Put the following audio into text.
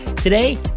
Today